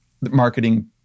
marketing